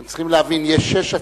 אתם צריכים להבין, יש שש הצעות,